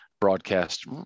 broadcast